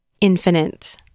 infinite